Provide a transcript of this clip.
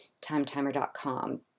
timetimer.com